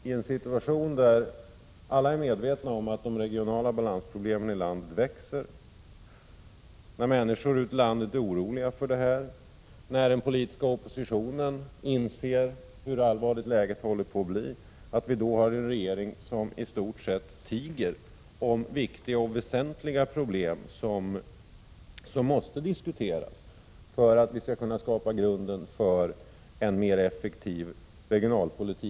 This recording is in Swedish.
I en situation där alla är medvetna om att problemen med den regionala balansen växer, när människor ute i landet är oroliga för detta, när den politiska oppositionen inser hur allvarligt läget håller på att bli, då har vi en regering som i stort sett tiger om viktiga problem som måste diskuteras för att vi skall kunna lägga grunden till en mer effektiv regionalpolitik.